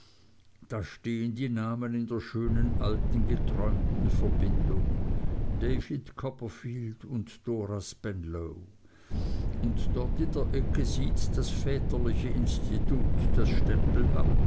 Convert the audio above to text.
da stehen die namen in der schönen alten geträumten verbindung david copperfield und dora spenlow und dort in der ecke sieht das väterliche institut das stempelamt